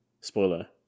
spoiler